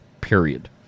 Period